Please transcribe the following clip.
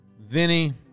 Vinny